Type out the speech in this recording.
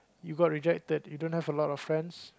you got rejected you don't have a lot of friends